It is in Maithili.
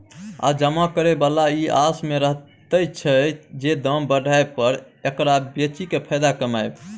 आ जमा करे बला ई आस में रहैत छै जे दाम बढ़य पर एकरा बेचि केँ फायदा कमाएब